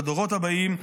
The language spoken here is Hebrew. לדורות הבאים,